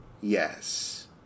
Yes